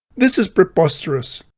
this is preposterous.